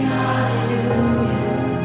hallelujah